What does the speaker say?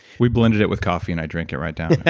we blended it with coffee and i drink it right down.